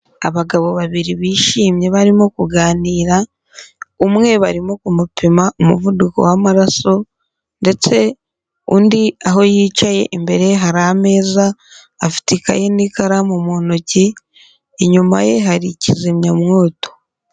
Abagabo babiri bishimye barimo kuganira, umwe barimo kumupima umuvuduko w'amaraso ndetse undi aho yicaye imbere ye hari ameza, afite ikaye n'ikaramu mu ntoki, inyuma ye hari ikizimyamwoto.